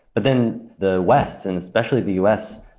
but then the west, and especially the us,